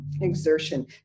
exertion